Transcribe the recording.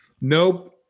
Nope